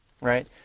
right